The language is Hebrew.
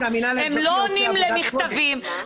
אני חושב שהמינהל האזרחי עושה עבודת קודש.